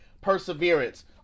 perseverance